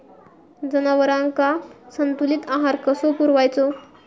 जनावरांका संतुलित आहार कसो पुरवायचो?